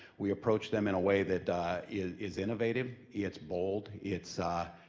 we approach them in a way that is is innovative, it's bold, it's ah